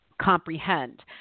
comprehend